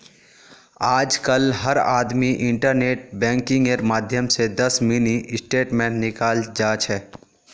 आजकल हर आदमी इन्टरनेट बैंकिंगेर माध्यम स दस मिनी स्टेटमेंट निकाल जा छ